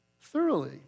thoroughly